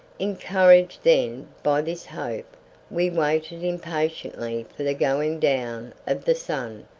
encouraged then by this hope we waited impatiently for the going down of the sun,